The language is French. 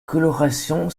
coloration